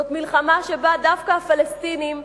זאת מלחמה שבה דווקא הפלסטינים,